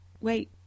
wait